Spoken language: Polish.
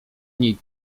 niej